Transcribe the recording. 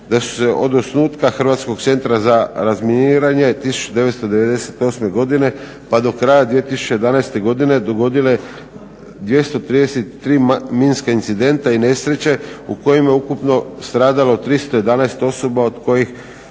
da su se od osnutka Hrvatskog centra za razminiranje 1998. godine pa do kraja 2011. godine dogodile 233 minska incidenta i nesreće u kojima je ukupno stradalo 311 osoba od kojih